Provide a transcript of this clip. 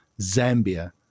Zambia